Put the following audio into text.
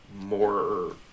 more